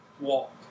walk